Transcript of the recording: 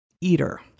eater